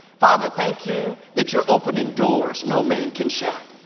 father, thank you that you're opening doors no man can shut.